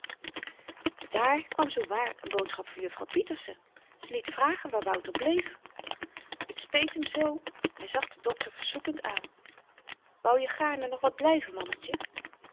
daar kwam zoo waar n boodschap van juffrouw pieterse ze liet vragen waar wouter bleef t speet hem zoo hy zag den dokter verzoekend aan wou je gaarne nog wat blyven mannetje